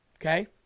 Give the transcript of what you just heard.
Okay